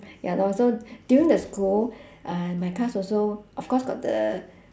ya lor so during the school uh my class also of course got the